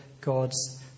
God's